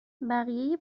بقیه